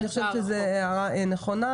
אני חושבת שזאת הערה נכונה,